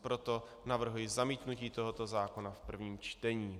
Proto navrhuji zamítnutí tohoto zákona v prvním čtení.